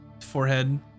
forehead